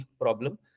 problem